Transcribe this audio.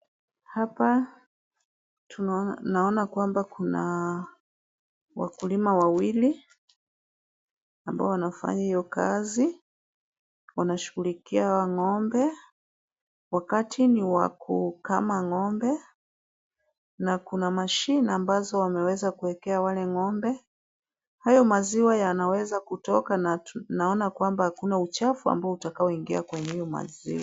Hapa tunaona kwamba kuna wakulima wawili ambao wanafanya hiyo kazi. Wanashughulikia ng'ombe. Wakati ni wa kukama ng'ombe na kuna machine ambazo wameweza kuwekea wale ng'ombe. Hayo maziwa yanaweza kutoka na naona kwamba hakuna uchafu ambao utakaoingia kwenye hiyo maziwa.